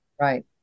Right